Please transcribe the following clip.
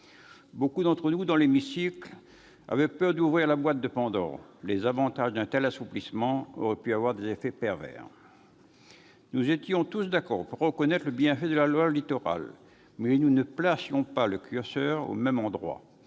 Beaucoup d'entre nous dans l'hémicycle avaient peur d'ouvrir la boîte de Pandore : les avantages d'un tel assouplissement auraient pu avoir des effets pervers. Nous étions tous d'accord pour reconnaître le bienfait de la loi Littoral, mais nous ne placions pas le curseur au même endroit.